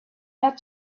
not